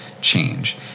change